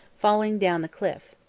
falling down the cliff.